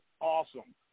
awesome